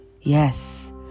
Yes